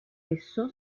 esso